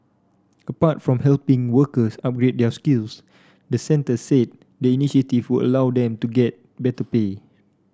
apart from helping workers upgrade their skills the centre said the initiative would allow them to get better pay